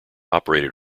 operated